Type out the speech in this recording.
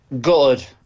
Good